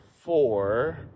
four